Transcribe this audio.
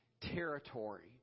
territory